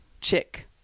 Chick